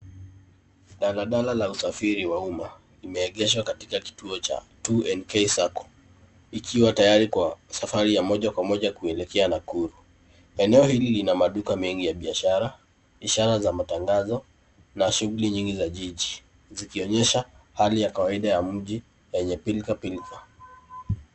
Daladala la usafriri wa umma imeegeshwa katika kituo cha 2NK Sacco ikiwa tayari kwa safari ya moja kwa moja kuelekea Nakuru. Eneo hili lina maduka mengi ya biashara, ishara za matangazo na shughuli nyingi za jiji zikionyesha hali ya kawaida ya mji yenye pilka pilka.